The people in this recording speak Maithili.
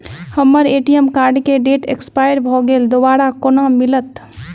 हम्मर ए.टी.एम कार्ड केँ डेट एक्सपायर भऽ गेल दोबारा कोना मिलत?